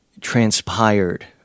transpired